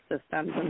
systems